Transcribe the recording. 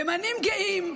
ימנים גאים,